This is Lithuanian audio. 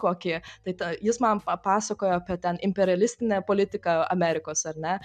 kokį tai tą jis man papasakojo apie ten imperialistinę politiką amerikos ar ne